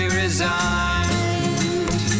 resigned